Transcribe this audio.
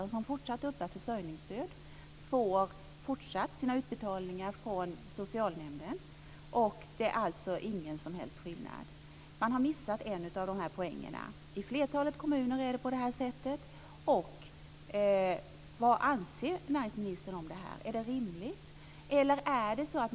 De som fortsatt uppbär försörjningsstöd får fortsatt sina utbetalningar från socialnämnden. Det är alltså ingen som helst skillnad. Man har missat en av dessa poänger. I flertalet kommuner är det på detta sätt. Vad anser näringsministern om detta? Är det rimligt?